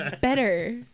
better